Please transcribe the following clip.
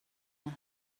اومد